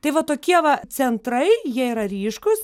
tai va tokie va centrai jie yra ryškūs